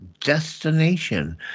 Destination